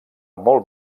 molt